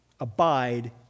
Abide